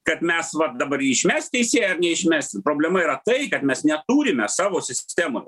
kad mes vat dabar išmes teisėją ar neišmesim problema yra tai kad mes neturime savo sistemoj